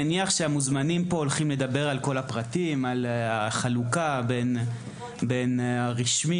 בנוסף, ההבדלים בין תוכנית הלימודים